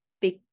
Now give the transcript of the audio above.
big